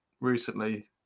recently